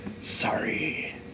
Sorry